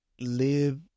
live